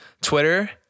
Twitter